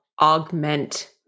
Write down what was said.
augment